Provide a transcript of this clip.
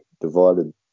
divided